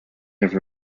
have